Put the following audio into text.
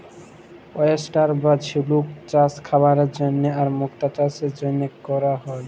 oyster বা ঝিলুক চাস খাবারের জন্হে আর মুক্ত চাসের জনহে ক্যরা হ্যয়ে